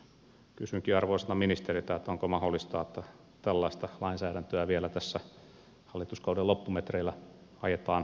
kysynkin arvoisalta ministeriltä onko mahdollista että tällaista lainsäädäntöä vielä tässä hallituskauden loppumetreillä ajetaan eteenpäin